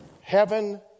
heaven